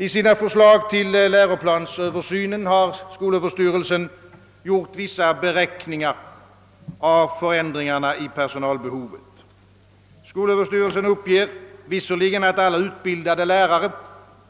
I sina förslag till läroplansöversyn har skolöverstyrelsen gjort vissa beräkningar av förändringarna i personalbehovet. Skolöverstyrelsen uppger visserligen, att alla utbildade lärare,